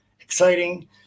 exciting